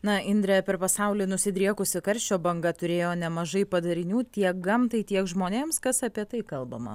na indre per pasaulį nusidriekusi karščio banga turėjo nemažai padarinių tiek gamtai tiek žmonėms kas apie tai kalbama